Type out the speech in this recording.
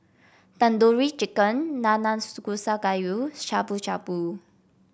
Tandoori Chicken Nanakusa Gayu Shabu Shabu